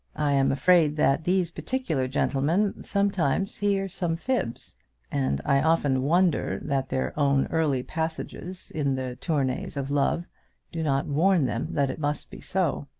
i am afraid that these particular gentlemen sometimes hear some fibs and i often wonder that their own early passages in the tournays of love do not warn them that it must be so.